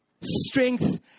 strength